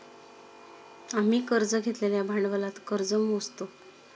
आम्ही कर्ज घेतलेल्या भांडवलात कर्ज मोजतो